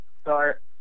start